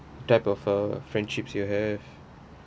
type of a friendships you have